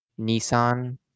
Nissan